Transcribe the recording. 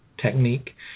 technique